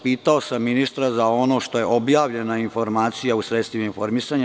Pitao sam ministra za ono što je objavljena informacija u sredstvima informisanja.